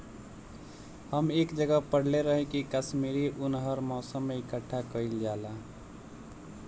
हम एक जगह पढ़ले रही की काश्मीरी उन हर मौसम में इकठ्ठा कइल जाला